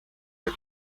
del